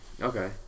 Okay